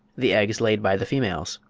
the eggs laid by the females.